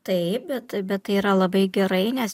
taip bet bet tai yra labai gerai nes